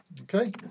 Okay